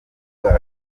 bwacu